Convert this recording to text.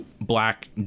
black